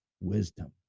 wisdom